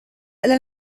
إلى